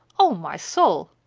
o my soul!